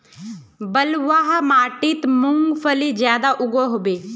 बलवाह माटित मूंगफली ज्यादा उगो होबे?